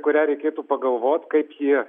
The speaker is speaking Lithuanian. kurią reikėtų pagalvot kaip ji